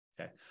Okay